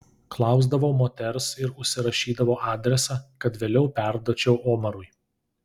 klausdavau moters ir užsirašydavau adresą kad vėliau perduočiau omarui